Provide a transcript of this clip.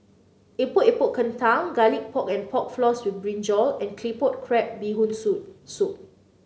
Epok Epok Kentang Garlic Pork and Pork Floss with brinjal and Claypot Crab Bee Hoon Soup soup